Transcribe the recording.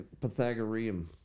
Pythagorean